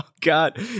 God